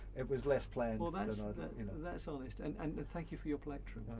it was less planned. well, that's ah you know that's honest and and thank you for your collection.